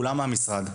וכולם מהמשרד.